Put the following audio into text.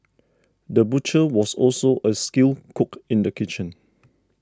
the butcher was also a skilled cook in the kitchen